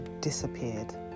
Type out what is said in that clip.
disappeared